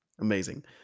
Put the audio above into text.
Amazing